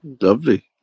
lovely